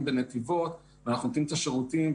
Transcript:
בנתיבות ואנחנו נותנים את השירותים,